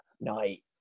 night